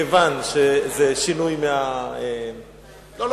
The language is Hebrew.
מכיוון שזה שינוי בנהלים,